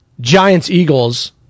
Giants-Eagles